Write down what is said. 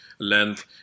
length